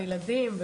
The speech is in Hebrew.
הילדים,